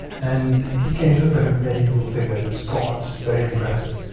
and he he looked like a medieval figure. he was gaunt, very impressive.